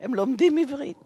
הם לומדים עברית